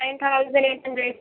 ten thousand eight hundred